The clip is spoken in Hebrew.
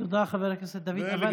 תודה, חבר הכנסת דוד ביטן.